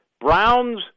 Browns